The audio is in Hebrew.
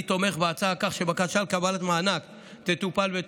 אני תומך בהצעה כך שבקשה לקבלת מענק תטופל,